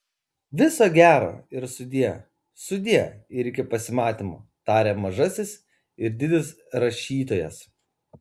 viso gero ir sudie sudie ir iki pasimatymo taria mažasis ir didis rašytojas